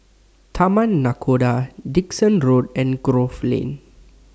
Taman Nakhoda Dickson Road and Grove Lane